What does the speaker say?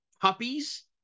puppies